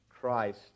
Christ